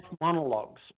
monologues